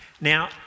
Now